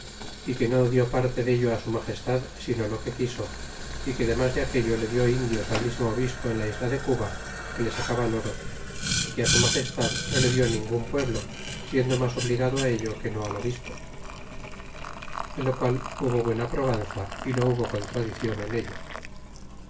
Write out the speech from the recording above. y que no dió parte dello á su magestad sino lo que quiso y que demas de aquello le dió indios al mismo obispo en la isla de cuba que le sacaban oro y que su magestad no le dió ningun pueblo siendo mas obligado ello que no al obispo de lo qual hubo buena probanza y no hubo contradiclon en ello